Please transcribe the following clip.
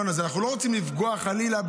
אני רואה שם בני נוער.